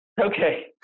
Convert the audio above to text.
Okay